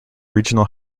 regional